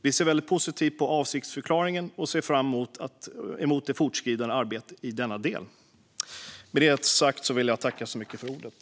Vi ser väldigt positivt på avsiktsförklaringen och ser fram emot det fortskridande arbetet i denna del.